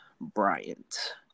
Bryant